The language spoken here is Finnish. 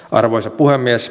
arvoisa puhemies